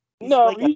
No